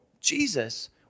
Jesus